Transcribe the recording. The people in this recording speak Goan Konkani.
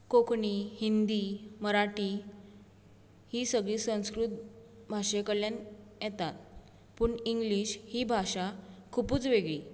कोंकणी हिंदी मराठी ही सगळीं संस्कृत भाशे कडल्यान येता पूण इंग्लीश ही भाशा खुबूच वेगळी